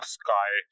sky